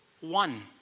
One